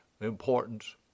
importance